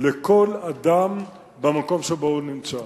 לכל אדם במקום שבו הוא נמצא.